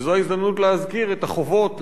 וזו ההזדמנות להזכיר את החובות לגר.